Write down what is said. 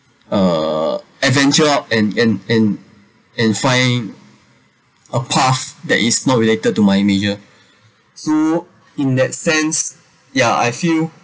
uh venture out and and and and find a path that is not related to my major so in that sense ya I feel